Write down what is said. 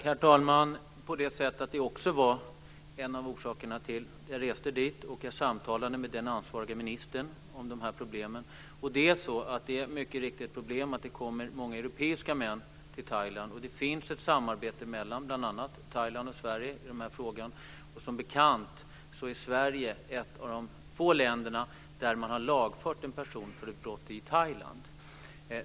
Herr talman! På det sättet att det var en av orsakerna till att jag reste dit! Jag samtalade med den ansvarige ministern om de här problemen. Det är mycket riktigt ett problem att det kommer många europeiska män till Thailand. Det finns ett samarbete mellan bl.a. Thailand och Sverige i den här frågan. Som bekant är Sverige ett av de få länder där man har lagfört en person för ett brott i Thailand.